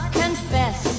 confess